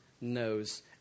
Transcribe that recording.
knows